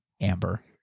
Amber